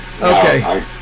Okay